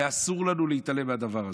ואסור לנו להתעלם מהדבר הזה.